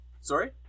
Sorry